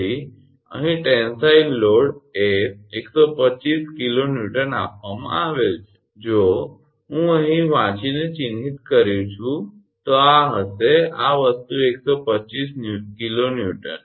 તેથી અહીં tensile load એ 125 𝑘𝑁 આપવામાં આવેલ છે જો હું હવે વાંચીને ચિહ્નિત કરું છું તો આ હશે આ વસ્તુ 125 𝑘𝑁 આ 22 𝑐𝑚 0